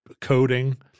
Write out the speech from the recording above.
coding